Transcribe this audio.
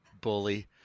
Bully